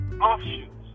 offshoots